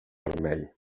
vermell